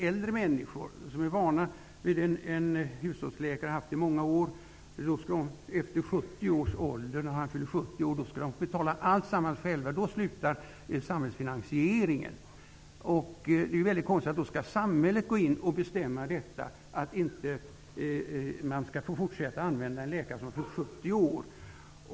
Äldre människor, som är vana vid sin hushållsläkare sedan många år tillbaka, skulle efter det att läkaren fyllt 70 år få betala allting själva, för då slutar samhällsfinansieringen. Det är väldigt konstigt att samhället skall gå in och bestämma att man inte skall få använda sig av en läkare som har fyllt 70 år.